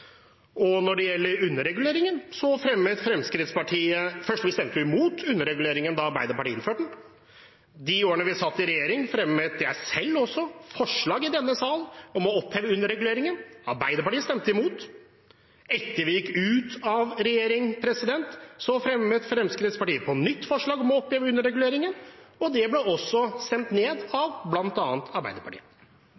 Når det gjelder underreguleringen, stemte vi for det første imot underreguleringen da Arbeiderpartiet innførte det. De årene vi satt i regjering, fremmet jeg selv forslag i denne salen om å oppheve underreguleringen, men Arbeiderpartiet stemte imot. Etter at vi gikk ut av regjering, fremmet Fremskrittspartiet på nytt forslag om å oppheve underreguleringen. Det ble også stemt ned,